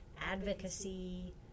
advocacy